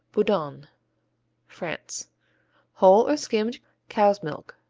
boudanne france whole or skimmed cow's milk,